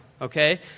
okay